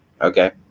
Okay